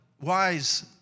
wise